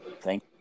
Thank